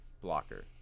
blocker